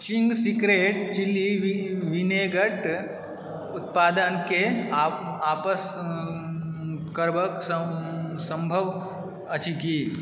Ching's secret chilli vinegar उत्पादकेँ आपस करब संभव अछि की